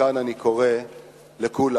ומכאן אני קורא לכולנו